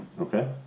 Okay